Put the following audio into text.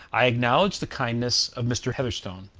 i acknowledge the kindness of mr. heatherstone,